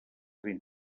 ben